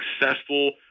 successful